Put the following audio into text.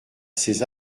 ces